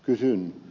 kysyn